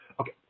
Okay